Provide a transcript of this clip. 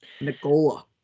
Nicola